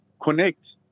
connect